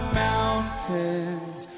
mountains